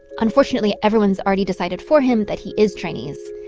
unfortunately, everyone's already decided for him that he is chinese.